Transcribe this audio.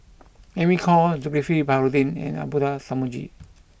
Amy Khor Zulkifli Baharudin and Abdullah Tarmugi